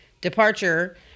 departure